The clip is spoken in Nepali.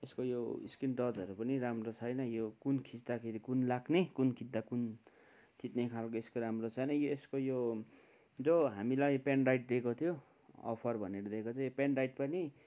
यसको यो स्क्रिन टचहरू पनि राम्रो छैन यो कुन खिच्दाखेरि कुन लाग्ने कुन खिच्दा कुन थिच्ने खालको यसको राम्रो छैन यसको यो जो हामीलाई पेन ड्राइभ दिएको थियो अफर भनेर दिएको थियो यो पेन ड्राइभ पनि